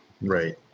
right